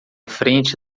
frente